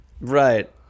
Right